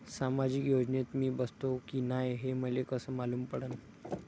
सामाजिक योजनेत मी बसतो की नाय हे मले कस मालूम पडन?